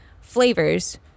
flavors